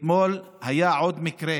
אתמול היה עוד מקרה